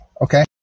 Okay